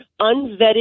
unvetted